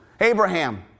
Abraham